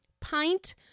pint